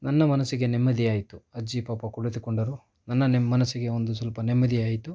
ನನ್ನ ಮನಸ್ಸಿಗೆ ನೆಮ್ಮದಿ ಆಯಿತು ಅಜ್ಜಿ ಪಾಪ ಕುಳಿತುಕೊಂಡರು ನನ್ನ ನೆ ಮನಸ್ಸಿಗೆ ಒಂದು ಸ್ವಲ್ಪ ನೆಮ್ಮದಿಯಾಯಿತು